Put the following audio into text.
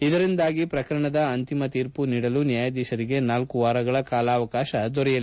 ಇದರಿಂದಾಗಿ ಪ್ರಕರಣದ ಅಂತಿಮ ತೀರ್ಮ ನೀಡಲು ನ್ಯಾಯಾಧೀಶರಿಗೆ ನಾಲ್ಲು ವಾರಗಳ ಕಾಲಾವಕಾಶ ದೊರೆಯಲಿದೆ